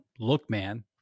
Lookman